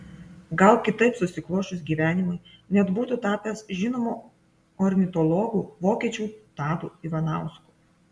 gal kitaip susiklosčius gyvenimui net būtų tapęs žinomu ornitologu vokiečių tadu ivanausku